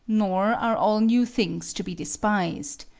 nor are all new things to be despised.